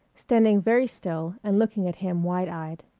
standing very still, and looking at him wide-eyed.